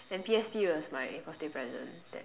and P_S_P was my birthday present that